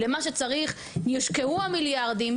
למה שצריך יושקעו המיליארדים,